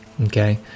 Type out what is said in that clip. okay